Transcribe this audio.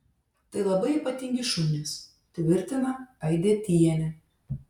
tai labai ypatingi šunys tvirtina aidietienė